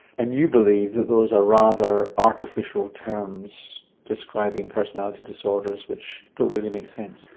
and you believe that those are rather artificial terms describing personality disorders which don't really make sense.